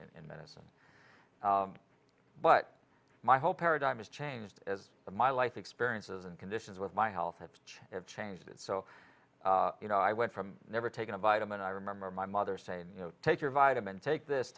in medicine but my whole paradigm is changed as my life experiences and conditions with my health have it changed so you know i went from never taking a vitamin i remember my mother saying you know take your vitamins take this